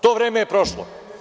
To vreme je prošlo.